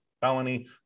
felony